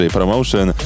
Promotion